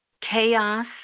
Chaos